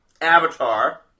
Avatar